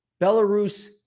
Belarus